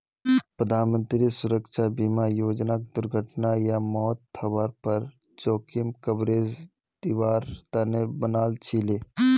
प्रधानमंत्री सुरक्षा बीमा योजनाक दुर्घटना या मौत हवार पर जोखिम कवरेज दिवार तने बनाल छीले